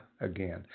again